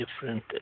different